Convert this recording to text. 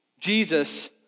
Jesus